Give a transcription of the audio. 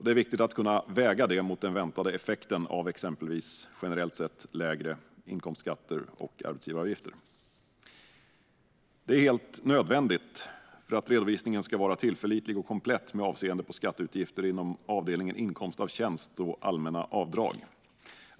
Det är viktigt att kunna väga den mot den väntade effekten av exempelvis generellt sett lägre inkomstskatter och arbetsgivaravgifter. Detta är helt nödvändigt för att redovisningen ska vara tillförlitlig och komplett med avseende på skatteutgifter inom avdelningen inkomst av tjänst och allmänna avdrag.